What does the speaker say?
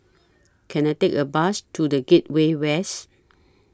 Can I Take A Bus to The Gateway West